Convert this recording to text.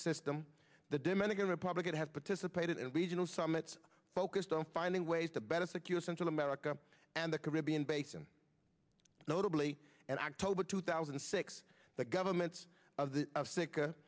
system the dominican republican has participated in a regional summit focused on finding ways to better secure central america and the caribbean basin notably and october two thousand and six the governments of